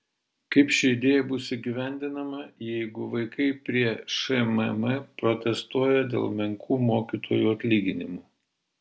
kaip ši idėja bus įgyvendinama jeigu vaikai prie šmm protestuoja dėl menkų mokytojų atlyginimų